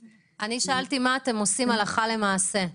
שאלתי מה אתם עושים הלכה למעשה.